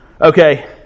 Okay